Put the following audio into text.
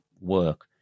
work